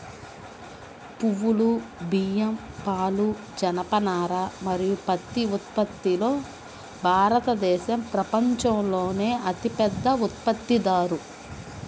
పప్పులు, బియ్యం, పాలు, జనపనార మరియు పత్తి ఉత్పత్తిలో భారతదేశం ప్రపంచంలోనే అతిపెద్ద ఉత్పత్తిదారు